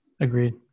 Agreed